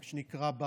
מה שנקרא,